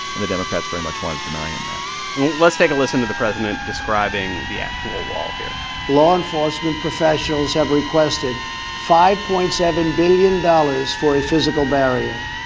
and the democrats very much want to deny him that let's take a listen to the president describing the actual wall here law enforcement professionals have requested five point seven billion dollars for a physical barrier.